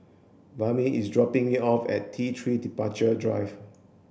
Bama is dropping me off at T three Departure Drive